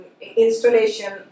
installation